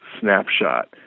snapshot